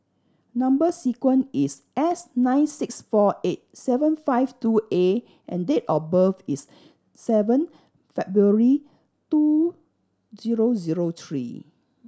number sequence is S nine six four eight seven five two A and date of birth is seven February two zero zero three